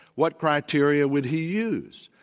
what criteria would he use?